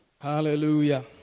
hallelujah